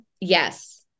Yes